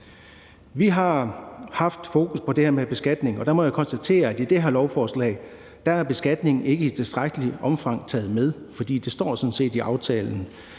Vi har haft fokus på det her med beskatning, og der må jeg konstatere, at i det her lovforslag er beskatningen ikke i tilstrækkeligt omfang taget med, for det står sådan